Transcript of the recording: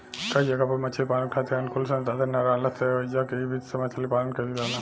कई जगह पर मछरी पालन खातिर अनुकूल संसाधन ना राहला से ओइजा इ विधि से मछरी पालन कईल जाला